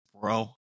bro